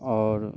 और